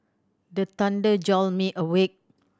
the thunder jolt me awake